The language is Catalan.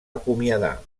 acomiadar